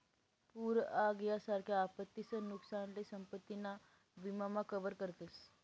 पूर आग यासारख्या आपत्तीसन नुकसानसले संपत्ती ना विमा मा कवर करतस